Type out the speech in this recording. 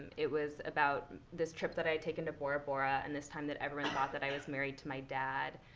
it was about this trip that i taken to bora bora and this time that everyone thought that i was married to my dad.